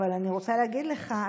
אבל אני רוצה להגיד לך,